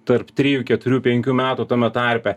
tarp trijų keturių penkių metų tame tarpe